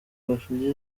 gashugi